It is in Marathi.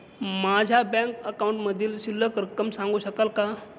माझ्या बँक अकाउंटमधील शिल्लक रक्कम सांगू शकाल का?